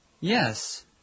Yes